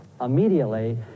immediately